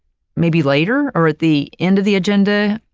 maybe later or at the end of the agenda.